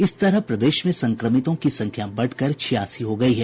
इस तरह प्रदेश में संक्रमितों की संख्या बढ़कर छियासी हो गयी है